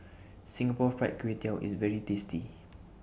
Singapore Fried Kway Tiao IS very tasty